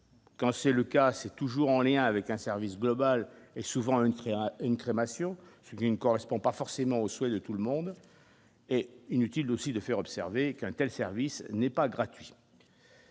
quand c'est le cas, c'est toujours en lien avec un service global et souvent un qui a une crémation ne correspond pas forcément aux souhaits de tout le monde est inutile aussi de faire observer qu'untel service n'est pas gratuit.